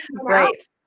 Right